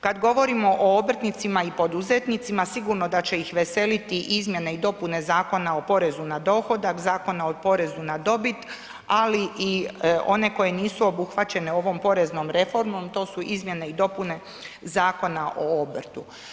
Kad govorimo o obrtnicima i poduzetnicima sigurno da će ih veseliti izmjene i dopune Zakona o porezu na dohodak, Zakona o porezu na dobit, ali i one koje nisu obuhvaćene ovom poreznom reformom, to su izmjene i dopune Zakona o obrtu.